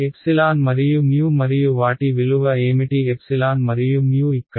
ε మరియు మరియు వాటి విలువ ఏమిటి మరియు ఇక్కడ